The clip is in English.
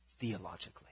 theologically